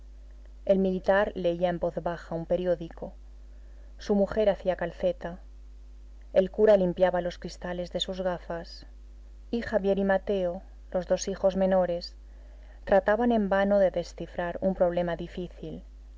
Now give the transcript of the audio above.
el militar leía en voz baja un periódico su mujer hacía calceta el cura limpiaba los cristales de sus gafas y javier y mateo los dos hijos menores trataban en vano de descifrar un problema difícil